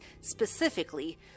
specifically